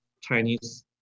Chinese